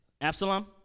Absalom